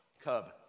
Cub